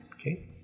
Okay